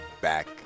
back